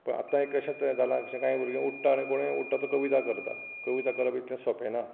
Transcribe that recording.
पळय आतां हें कशें जाला कशें काय भुरगीं उठ्ठां आनी कोणूय उठ्ठां तो कविता करता कविता करप इतलें सोंपें ना